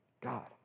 God